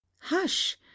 Hush